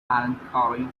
melancholy